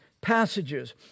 passages